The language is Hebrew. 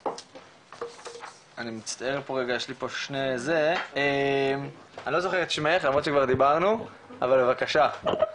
אני לא זוכר את שמך למרות שכבר דיברנו, אבל בבקשה.